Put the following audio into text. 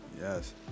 Yes